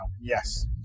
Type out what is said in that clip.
Yes